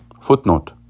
Footnote